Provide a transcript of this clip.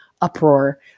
uproar